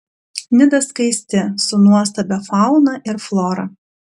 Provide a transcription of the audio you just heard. nida skaisti su nuostabia fauna ir flora